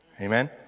Amen